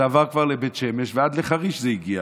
זה עבר כבר לבית שמש ועד לחריש זה הגיע,